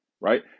Right